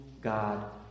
God